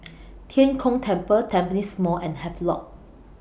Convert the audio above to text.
Tian Kong Temple Tampines Mall and Havelock